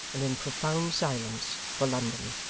and in profound silence, for london.